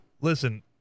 Listen